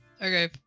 Okay